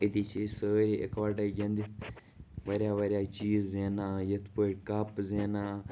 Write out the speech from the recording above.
أتی چھِ أسۍ سٲری اِکوَٹَے گِنٛدِتھ واریاہ واریاہ چیٖز زینان یِتھ پٲٹھۍ کَپ زینان